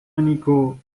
niko